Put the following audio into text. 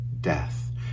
death